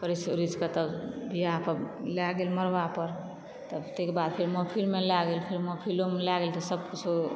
परीछ ओरीछके तब बियाहके लए गेल मरबा पर तेकर बाद फेर महफ़िलमे लए गेल फेर महफ़िलोमे लए गेल तऽ सब किछो